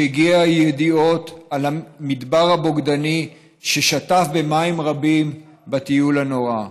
כשהגיעו הידיעות על המדבר הבוגדני ששטף במים רבים בטיול הנורא.